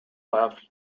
left